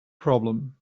problem